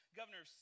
governor